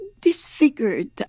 disfigured